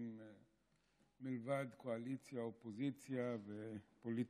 מלבד קואליציה אופוזיציה ופוליטיקה,